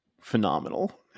Phenomenal